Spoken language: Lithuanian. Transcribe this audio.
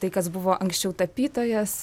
tai kas buvo anksčiau tapytojas